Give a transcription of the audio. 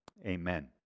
amen